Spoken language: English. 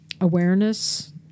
awareness